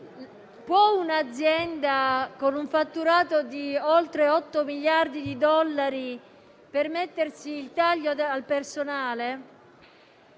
può un'azienda con un fatturato di oltre 8 miliardi di dollari permettersi il taglio al personale?